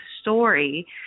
story